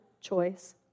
choice